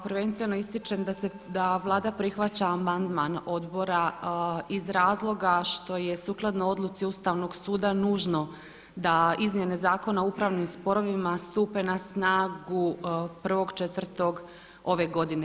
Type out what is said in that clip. Prvenstveno ističem da Vlada prihvaća amandman odbora iz razloga što je sukladno odluci Ustavnog suda nužno da izmjene Zakona o upravnim sporovima stupe na snagu 1.4. ove godine.